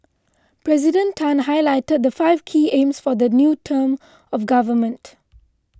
President Tan highlighted the five key aims for the new term of government